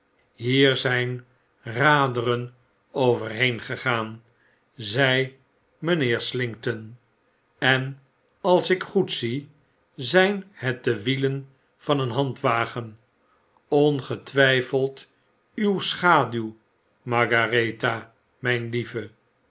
hier zyn raderen overheen gegaan zei mynheer slinkton en als ik goed zie zyn het de wielen van een handwagen ongetwijfeld uw schaduw margaretha mijn lieve